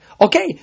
Okay